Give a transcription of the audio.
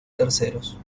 terceros